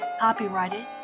copyrighted